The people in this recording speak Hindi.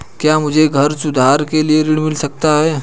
क्या मुझे घर सुधार के लिए ऋण मिल सकता है?